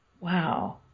Wow